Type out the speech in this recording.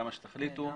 כמה שתחליטו,